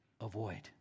avoid